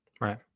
Right